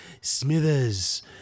Smithers